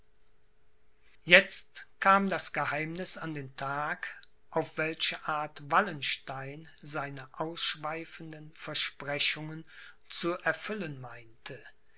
jetzt kam das geheimniß an den tag auf welche art wallenstein seine ausschweifenden versprechungen zu erfüllen meinte